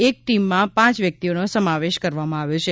એક ટીમમાં પાંચ વ્યક્તિનો સમાવેશ કરવામાં આવ્યો છે